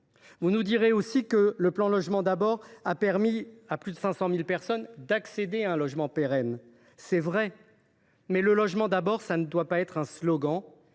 le ministre, que le plan Logement d’abord a permis à plus de 500 000 personnes d’accéder à un logement pérenne. C’est vrai, mais « le logement d’abord » ne doit pas être un simple